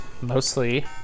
mostly